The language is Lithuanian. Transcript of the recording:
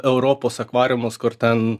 europos akvariumus kur ten